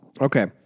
Okay